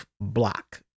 block